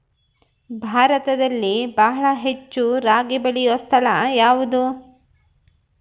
ಭಾರತದಲ್ಲಿ ಬಹಳ ಹೆಚ್ಚು ರಾಗಿ ಬೆಳೆಯೋ ಸ್ಥಳ ಯಾವುದು?